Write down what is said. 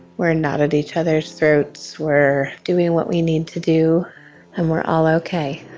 we're not at each other's throats. we're doing what we need to do and we're all ok.